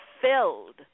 filled